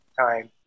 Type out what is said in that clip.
time